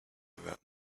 without